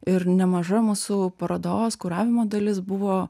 ir nemaža mūsų parodos kuravimo dalis buvo